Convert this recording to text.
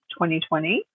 2020